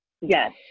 Yes